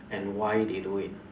and why they do it